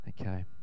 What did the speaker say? Okay